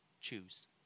choose